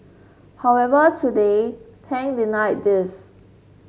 however today Tang denied these